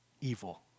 evil